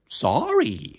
sorry